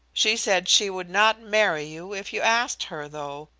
she said she would not marry you if you asked her, though,